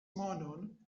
monon